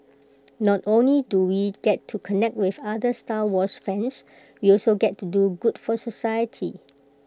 not only do we get to connect with other star wars fans we also get to do good for society